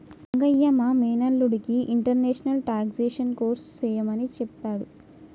రంగయ్య మా మేనల్లుడికి international taxation course సెయ్యమని సెప్పాడు